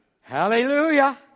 Hallelujah